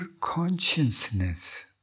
consciousness